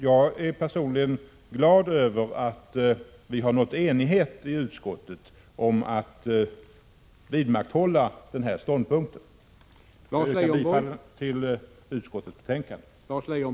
Jag är personligen glad över att vi har nått enighet i utskottet om att vidmakthålla denna ståndpunkt. Jag yrkar bifall till utskottets hemställan.